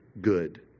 good